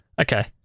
Okay